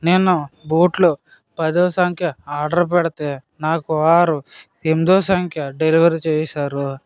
నేను బూట్లు పదవ సంఖ్య ఆర్డర్ పెడితే నాకు వారు ఎనిమిదో సంఖ్య డెలివర్ చేశారు